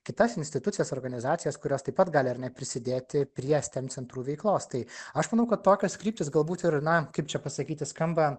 kitas institucijas organizacijas kurios taip pat gali ar ne prisidėti prie steam centrų veiklos tai aš manau kad tokios kryptys galbūt ir na kaip čia pasakyti skamba